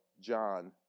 John